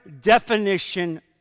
definition